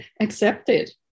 accepted